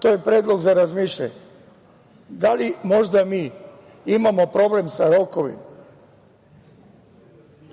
To je predlog za razmišljanje. Da li mi možda imamo problem sa rokovima?